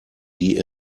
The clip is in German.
die